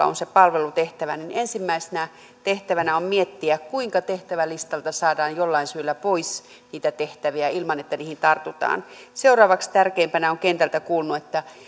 on se palvelutehtävä ensimmäisenä tehtävänä on miettiä kuinka tehtävälistalta saadaan jollain syyllä pois niitä tehtäviä ilman että niihin tartutaan seuraavaksi tärkeimpänä on kentältä kuulunut että